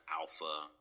alpha